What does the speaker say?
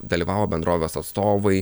dalyvavo bendrovės atstovai